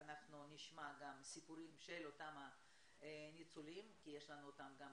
אנחנו נשמע גם סיפורים של אותם הניצולים כי יש לנו אותם פה,